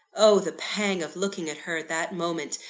oh, the pang of looking at her at that moment,